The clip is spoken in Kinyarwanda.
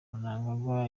mnangagwa